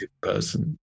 person